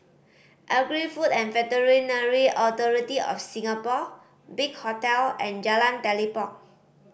Agri Food and Veterinary Authority of Singapore Big Hotel and Jalan Telipok